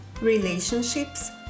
relationships